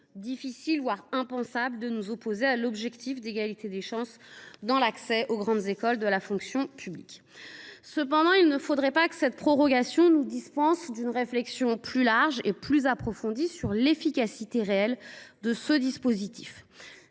nous, voire impensable, de nous opposer à l’objectif d’égalité des chances dans l’accès aux grandes écoles de la fonction publique. Cependant, il ne faudrait pas que cette prorogation nous dispense d’une réflexion plus large et plus approfondie sur l’efficacité réelle du dispositif.